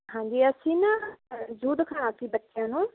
ਹਾਂਜੀ ਅਸੀਂ ਨਾ ਜ਼ੂ ਦਿਖਾਉਣਾ ਸੀ ਬੱਚਿਆਂ ਨੂੰ